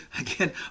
again